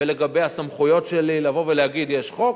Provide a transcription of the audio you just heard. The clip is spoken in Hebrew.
ולגבי הסמכויות שלי לבוא ולהגיד: יש חוק,